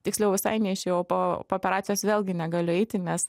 tiksliau visai neišėjau po po operacijos vėlgi negaliu eiti nes